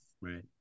Right